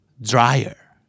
dryer